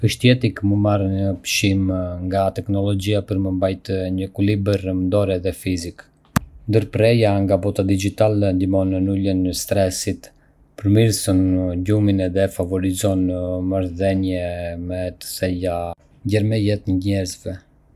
Është jetik me marrë një pushim nga teknologjia për me mbajtë një ekuilibër mendore edhe fizik. Ndërprerja nga bota digjitale ndihmon në uljen e stresit, përmirëson gjumin edhe favorizon marrëdhënie më të thella ndërmjet njerëzve.